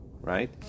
right